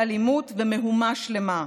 אלימות ומהומה שלמה.